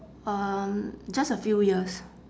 um just a few years